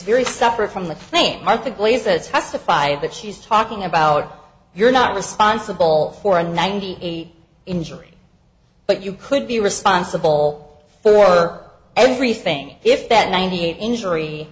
very separate from the claimant the glazes testified that she's talking about you're not responsible for a ninety eight injury but you could be responsible for everything if that ninety eight injury